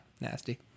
nasty